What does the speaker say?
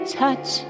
touch